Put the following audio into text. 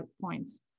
points